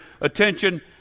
attention